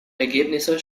ergebnisse